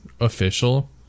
official